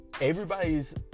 Everybody's